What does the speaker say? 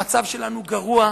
המצב שלנו גרוע.